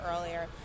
earlier